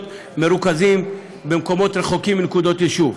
מרוכזים במקומות רחוקים מנקודות יישוב,